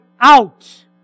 out